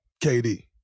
KD